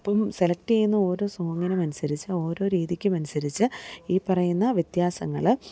അപ്പം സെലെക്റ്റ് ചെയ്യുന്ന ഓരോ സോങ്ങിനുമനുസരിച്ച് ഓരോ രീതിക്കുമനുസരിച്ച് ഈ പറയുന്ന വ്യത്യാസങ്ങൾ